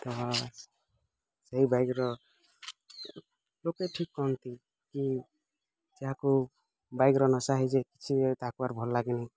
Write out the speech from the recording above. କାସ୍ ସେଇ ବାଇକ୍ର ଲୋକେ ଠିକ୍ କହନ୍ତି କି ଯାହାକୁ ବାଇକ୍ର ନଶା ହେଇଛି ସିଏ ତାକୁ କୁଆଡ଼େ ଭଲ ଲାଗେନି